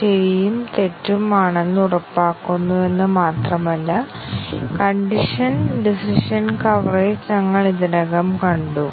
coverage അടിസ്ഥാനമാക്കിയുള്ള പരിശോധന ഞങ്ങൾ ലക്ഷ്യമിടുന്ന നിർദ്ദിഷ്ട പ്രോഗ്രാം ഘടകങ്ങളെ ആശ്രയിച്ച് ഞങ്ങൾക്ക് വ്യത്യസ്ത തന്ത്രങ്ങളുണ്ട്